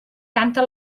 canta